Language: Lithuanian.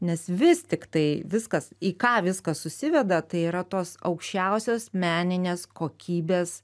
nes vis tiktai viskas į ką viskas susiveda tai yra tos aukščiausios meninės kokybės